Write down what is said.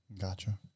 Gotcha